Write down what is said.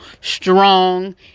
strong